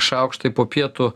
šaukštai po pietų